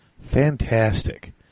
Fantastic